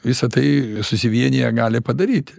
visa tai susivieniję gali padaryti